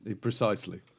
precisely